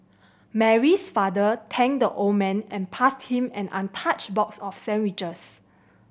Mary's father thanked the old man and passed him an untouched box of sandwiches